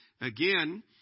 again